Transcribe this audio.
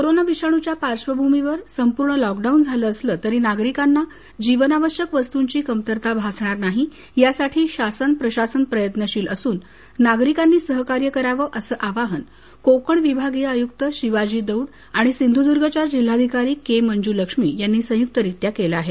corona विषाणूच्या पार्श्वभूमीवर संपूर्ण लॉकडाऊन झालं असलं तरी नागरिकांना जीवनावश्यक वस्तूंची कमतरता भासणार नाही यासाठी शासन प्रशासन प्रयत्नशील असून नागरिकांनी सहकार्य करावं अस आवाहन कोकण विभागीय आयुक्त शिवाजी दौंड आणि सिंधुर्द्गच्या जिल्हाधिकारी के मंजुलक्ष्मी यांनी संयुक्तरित्या केलं आहे